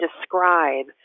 describe